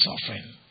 suffering